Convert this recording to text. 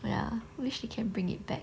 ya then she can bring it back